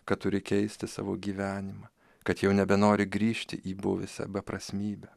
kad turi keisti savo gyvenimą kad jau nebenori grįžti į buvusią beprasmybę